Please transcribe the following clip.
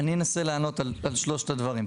אני אנסה לענות על שלושת הדברים,